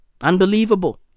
Unbelievable